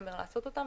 בדצמבר לעשות אותן,